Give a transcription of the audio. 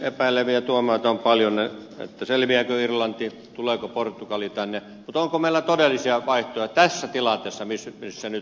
epäileviä tuomaita on paljon selviääkö irlanti tuleeko portugali tänne mutta onko meillä todellisia vaihtoehtoja tässä tilanteessa missä nyt ollaan